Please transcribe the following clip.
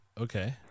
Okay